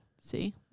See